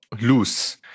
loose